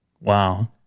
Wow